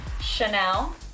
Chanel